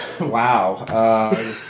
Wow